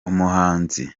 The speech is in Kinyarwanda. umuhanzi